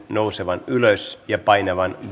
nousemaan ylös ja painamaan